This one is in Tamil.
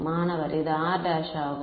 மாணவர் அது r ′ ஆக இருக்கும்